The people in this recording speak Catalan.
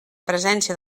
presència